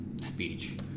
speech